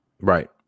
right